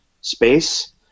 space